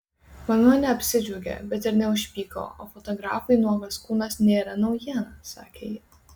mama neapsidžiaugė bet ir neužpyko o fotografui nuogas kūnas nėra naujiena sakė ji